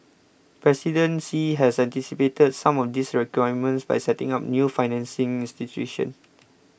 President Xi has anticipated some of these requirements by setting up new financing institutions